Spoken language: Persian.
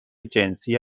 جنسی